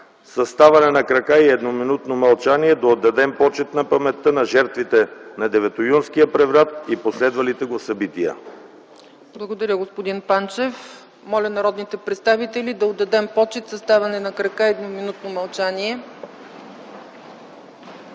със ставане на крака и едноминутно мълчание да отдадем почит на паметта на жертвите на Деветоюнския преврат и последвалите го събития. ПРЕДСЕДАТЕЛ ЦЕЦКА ЦАЧЕВА: Благодаря, господин Панчев. Моля народните представители да отдадем почит със ставане на крака и едноминутно мълчание.